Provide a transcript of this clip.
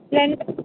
length